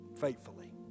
faithfully